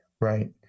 Right